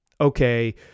Okay